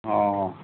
অঁ